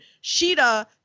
Sheeta